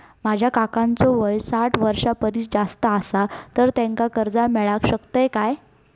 माझ्या काकांचो वय साठ वर्षां परिस जास्त आसा तर त्यांका कर्जा मेळाक शकतय काय?